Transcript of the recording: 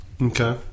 Okay